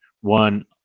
One